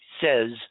says